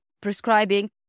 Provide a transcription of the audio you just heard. prescribing